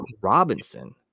Robinson